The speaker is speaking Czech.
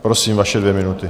Prosím, vaše dvě minuty.